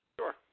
Sure